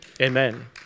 Amen